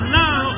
now